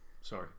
sorry